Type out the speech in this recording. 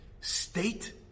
State